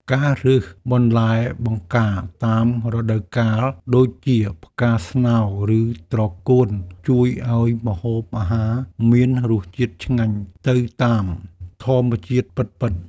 ការរើសបន្លែបង្ការតាមរដូវកាលដូចជាផ្កាស្នោឬត្រកួនជួយឱ្យម្ហូបអាហារមានរសជាតិឆ្ងាញ់ទៅតាមធម្មជាតិពិតៗ។